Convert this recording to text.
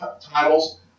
titles